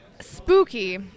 spooky